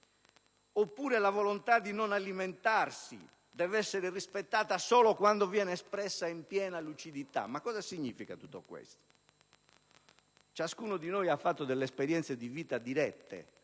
oppure che «la volontà di non alimentarsi deve essere rispettata solo quando viene espressa in piena lucidità». Ma cosa significa tutto questo? Ciascuno di noi ha fatto delle esperienze di vita dirette.